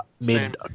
made